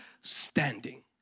standing